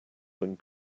than